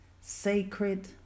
sacred